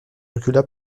recula